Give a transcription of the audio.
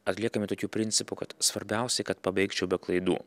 atliekami tokiu principu kad svarbiausia kad pabaigčiau be klaidų